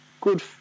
good